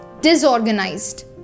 disorganized